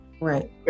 Right